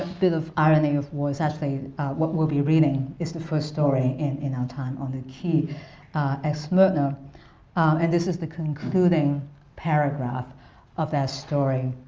bit of irony of war is actually what we'll be reading is the first story in in our time on the quai of ah smyrna and this is the concluding paragraph of that story.